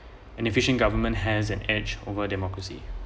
an efficient government has an edge over democracy